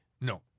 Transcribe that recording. No